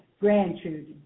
grandchildren